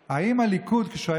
בממשלה שהשרה